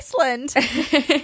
Iceland